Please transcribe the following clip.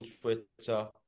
Twitter